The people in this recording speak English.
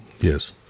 Yes